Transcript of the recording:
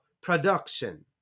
production